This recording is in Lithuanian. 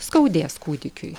skaudės kūdikiui